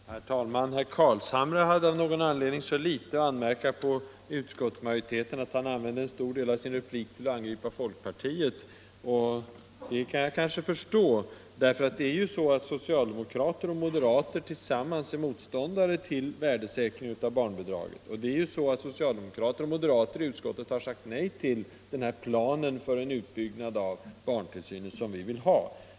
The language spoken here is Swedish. Herr talman! Herr Carlshamre hade av någon anledning så litet att anmärka på utskottsmajoriteten, att han använde en stor del av sin replik till att angripa folkpartiet. Det kan jag kanske förstå därför att ju socialdemokrater och moderater tillsammans är motståndare till värdesäkringen av barnbidraget. Och socialdemokraterna och moderaterna i utskottet har sagt nej till den plan för utbyggnad av barntillsynen som vi vill ha.